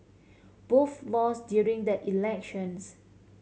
both lost during the elections